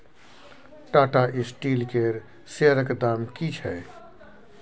Tata steel केर शेयरक दाम की छै?